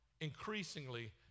increasingly